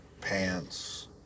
pants